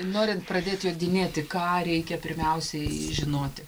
norint pradėti jodinėti ką reikia pirmiausiai žinoti